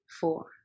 four